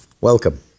Welcome